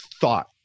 thought